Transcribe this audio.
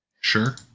Sure